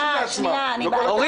לעצמם.